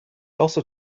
also